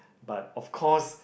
but of course